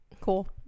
cool